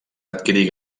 adquirir